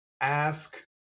ask